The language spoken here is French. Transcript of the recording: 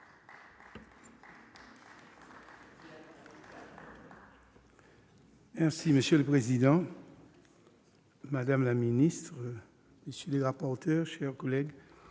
Darnaud. Monsieur le président, madame la ministre, monsieur le rapporteur, mes chers collègues,